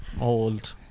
old